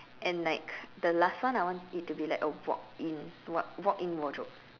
and like the last one I want it to be like a walk in what walk in wardrobe